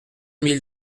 mille